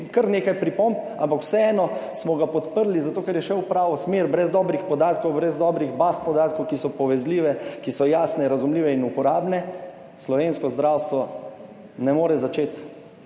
kar nekaj pripomb, ampak vseeno smo ga podprli zato, ker je šel v pravo smer, brez dobrih podatkov, brez dobrih baz podatkov, ki so povezljive, ki so jasne, razumljive in uporabne, slovensko zdravstvo ne more začeti